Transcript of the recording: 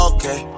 Okay